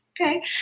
Okay